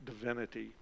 divinity